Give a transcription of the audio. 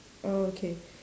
oh K